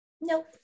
nope